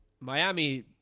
Miami